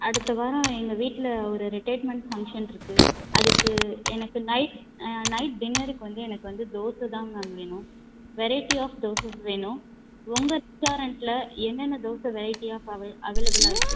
அடுத்த வாரம் எங்க வீட்ல ஒரு ரிட்டெயர்ட்மெண்ட் ஃபங்க்ஷன் இருக்கு அதுக்கு எனக்கு நைட் நைட் டின்னருக்கு வந்து எனக்கு வந்து தோசை தான் மேம் வேணும் வெரைட்டி ஆஃப் தோசஸ் வேணும் உங்கள் ரெஸ்டாரண்ட்டில என்னென்ன தோசை வெரைட்டியாக ஆஃப் அவை அவைலபிளாக இருக்கு